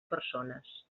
persones